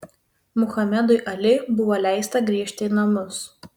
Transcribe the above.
muhamedui ali buvo leista grįžti į namus